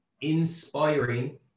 inspiring